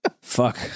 Fuck